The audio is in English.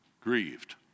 grieved